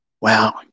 Wow